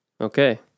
okay